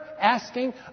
asking